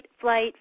flight